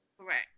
Correct